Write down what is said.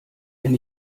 wenn